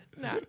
No